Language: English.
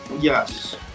Yes